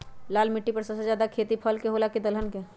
लाल मिट्टी पर सबसे ज्यादा खेती फल के होला की दलहन के?